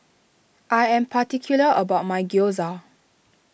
I am particular about my Gyoza